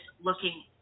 looking